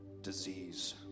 disease